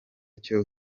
cyo